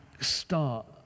start